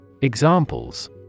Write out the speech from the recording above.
Examples